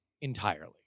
entirely